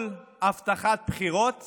כל הבטחת בחירות